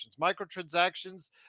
microtransactions